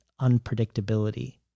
unpredictability